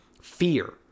fear